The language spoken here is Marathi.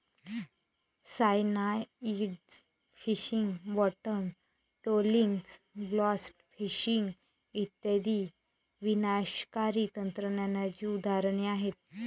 cyanide fishing, bottom trolling, blast fishing इत्यादी विनाशकारी तंत्रज्ञानाची उदाहरणे आहेत